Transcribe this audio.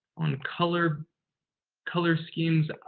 on color color schemes.